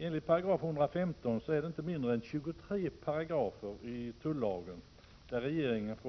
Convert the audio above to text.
I 115 § ges regeringen tillstånd att enligt inte mindre än 23 paragrafer i tullagen